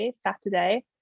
Saturday